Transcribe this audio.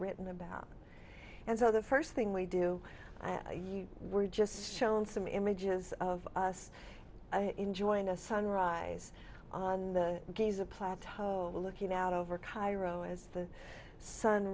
written about and so the first thing we do you were just shown some images of us enjoying a sunrise on the gays a plateau looking out over cairo as the sun